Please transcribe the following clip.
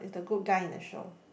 the good guy in the show